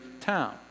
town